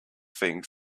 things